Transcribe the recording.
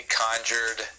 conjured